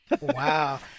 Wow